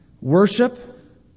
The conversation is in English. Worship